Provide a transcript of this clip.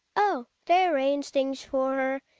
oh! they arr ange things for